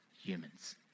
humans